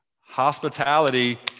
Hospitality